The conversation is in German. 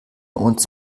uns